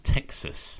Texas